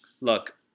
look